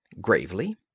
gravely